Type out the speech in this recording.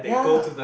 ya